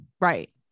Right